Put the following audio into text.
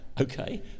okay